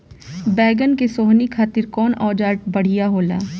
बैगन के सोहनी खातिर कौन औजार बढ़िया होला?